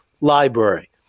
library